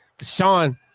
Sean